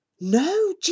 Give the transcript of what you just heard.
No